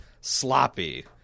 Sloppy